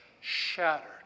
shattered